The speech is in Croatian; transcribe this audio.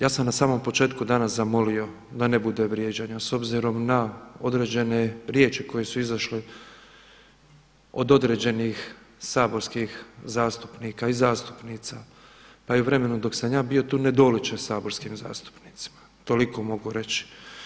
Ja sam na samom početku danas zamolio da ne bude vrijeđanja, s obzirom na određene riječi koje su izašle od određenih saborskih zastupnika i zastupnica pa i u vremenu dok sam ja bio tu ne doliče saborskim zastupnicima, toliko mogu reći.